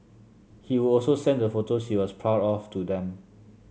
he would also send the photos he was proud of to them